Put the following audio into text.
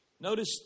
Notice